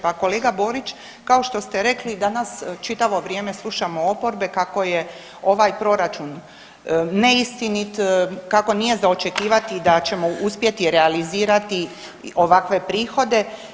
Pa kolega Borić kao što ste rekli danas čitavo vrijeme slušamo oporbe kako je ovaj proračun neistinit, kako nije za očekivati da ćemo uspjeti realizirati ovakve prihode.